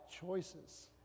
choices